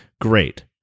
Great